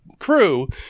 crew